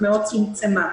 מאוד צומצמה.